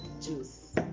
juice